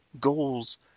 goals